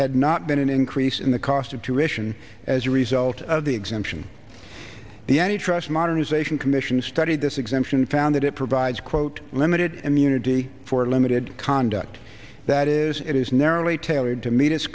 had not been an increase in the cost of tuition as a result of the exemption the any trust modernization commission studied this exemption found that it provides quote limited immunity for limited conduct that is it is narrowly tailored to meet